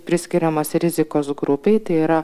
priskiriamas rizikos grupei tai yra